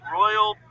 royal